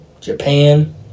Japan